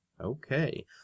Okay